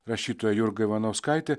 rašytoja jurga ivanauskaitė